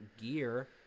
gear